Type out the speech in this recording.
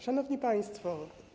Szanowni Państwo!